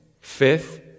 Fifth